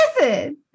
Listen